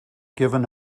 given